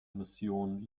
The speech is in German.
mission